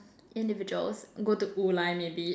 individuals go to Wu Lai maybe